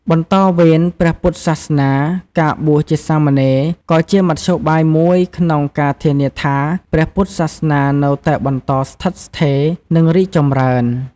បន្តវេនព្រះពុទ្ធសាសនា ការបួសជាសាមណេរក៏ជាមធ្យោបាយមួយក្នុងការធានាថាព្រះពុទ្ធសាសនានៅតែបន្តស្ថិតស្ថេរ និងរីកចម្រើន។